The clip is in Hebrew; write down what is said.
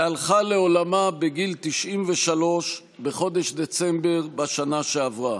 שהלכה לעולמה בגיל 93 בחודש דצמבר בשנה שעברה.